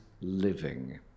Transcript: living